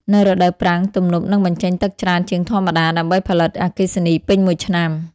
នៅរដូវប្រាំង ទំនប់នឹងបញ្ចេញទឹកច្រើនជាងធម្មតា ដើម្បីផលិតអគ្គិសនីពេញមួយឆ្នាំ។